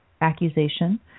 Accusation